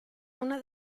una